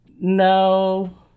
No